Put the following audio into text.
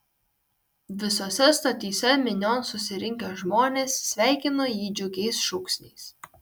visose stotyse minion susirinkę žmonės sveikino jį džiugiais šūksniais